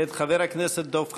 מאת חבר הכנסת דב חנין.